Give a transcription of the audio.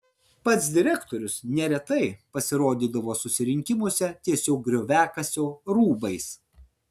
pats direktorius neretai pasirodydavo susirinkimuose tiesiog grioviakasio rūbais